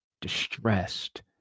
distressed